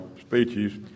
speeches